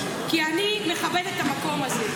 כי אני מכבדת את המקום הזה.